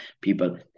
people